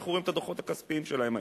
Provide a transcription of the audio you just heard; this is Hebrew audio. אנחנו רואים את הדוחות הכספיים שלהם היום.